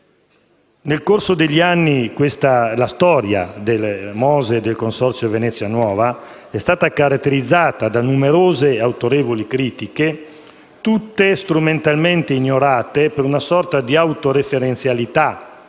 Nel corso degli anni la storia del MOSE e del Consorzio Venezia nuova è stata caratterizzata da numerose e autorevoli critiche, tutte strumentalmente ignorate per una sorta di autoreferenzialità